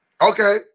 Okay